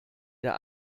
der